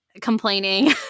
complaining